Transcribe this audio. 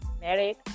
married